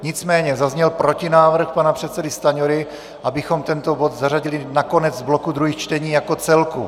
Nicméně zazněl protinávrh pana předsedy Stanjury, abychom tento bod zařadili na konec bloku druhých čtení jako celku.